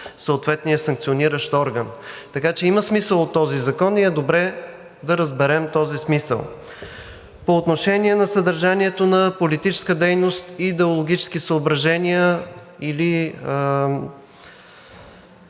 съответния санкциониращ орган. Така че има смисъл от този закон и е добре да разберем смисъла. По отношение на съдържанието на политическа дейност и идеологически съображения, или